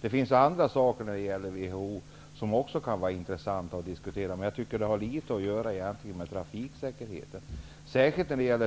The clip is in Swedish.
Det finns andra saker som gäller WHO och som också är intressanta, men de har väldigt litet att göra med trafiksäkerheten.